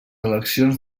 eleccions